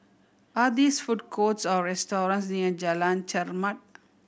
are this food courts or restaurants near Jalan Chermat